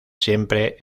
siempre